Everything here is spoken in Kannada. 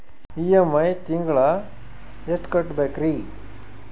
ಇ.ಎಂ.ಐ ತಿಂಗಳ ಎಷ್ಟು ಕಟ್ಬಕ್ರೀ?